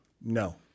No